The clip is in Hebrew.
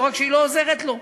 לא רק שהיא לא עוזרת לו?